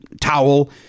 towel